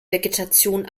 vegetation